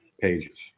pages